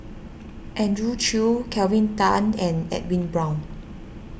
Andrew Chew Kelvin Tan and Edwin Brown